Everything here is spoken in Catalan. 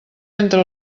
entre